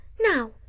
Now